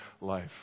life